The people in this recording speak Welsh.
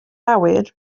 awyr